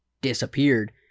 disappeared